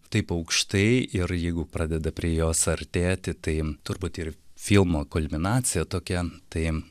taip aukštai ir jeigu pradeda prie jos artėti tai turbūt ir filmo kulminacija tokia tai